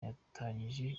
yatangiye